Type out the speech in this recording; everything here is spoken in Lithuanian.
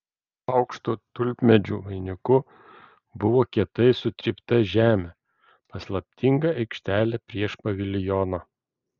po aukštu tulpmedžių vainiku buvo kietai sutrypta žemė paslaptinga aikštelė prieš paviljoną